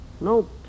No